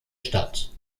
stadt